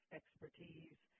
expertise